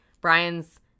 Brian's